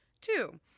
Two